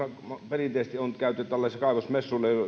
perinteisesti on käyty kaivosmessuilla